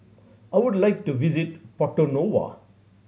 I would like to visit Porto Novo